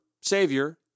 Savior